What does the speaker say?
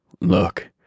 Look